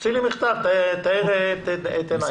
תוציא לי מכתב, תאיר את עיניי.